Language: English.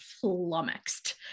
flummoxed